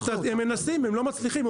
הם מנסים, הם לא מצליחים.